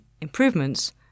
improvements